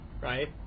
right